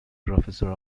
professor